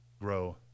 grow